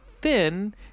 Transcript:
thin